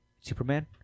Superman